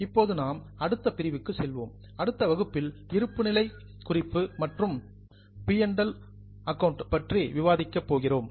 இப்போது நாம் அடுத்த பிரிவுக்கு செல்வோம் அடுத்த வகுப்பில் இருப்புநிலை குறிப்பு மற்றும் பி மற்றும் எல் PL பற்றி விவாதிக்கப் போகிறோம்